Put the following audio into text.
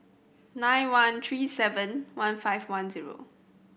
nine one three seven one five one zero